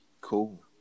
Cool